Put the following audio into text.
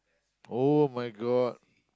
[oh]-my-God